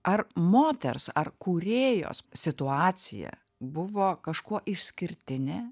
ar moters ar kūrėjos situacija buvo kažkuo išskirtinė